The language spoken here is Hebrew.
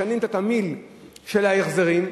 משנים את התמהיל של ההחזרים,